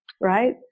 right